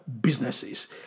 businesses